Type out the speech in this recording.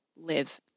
live